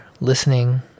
listening